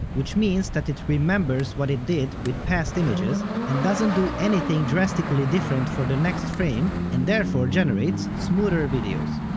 which means that it remembers what it did with past images and doesn't do anything drastically different for the next frame, and therefore generates smoother videos.